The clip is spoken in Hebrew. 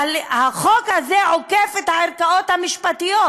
החוק הזה עוקף את הערכאות המשפטיות.